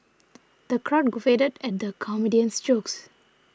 the crowd guffawed at the comedian's jokes